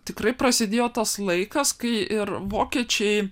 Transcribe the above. tikrai prasidėjo tas laikas kai ir vokiečiai